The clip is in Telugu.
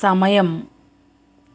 సమయం